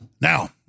Now